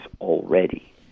already